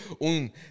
Un